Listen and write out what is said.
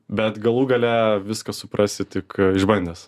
bet galų gale viską suprasi tik išbandęs